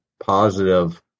positive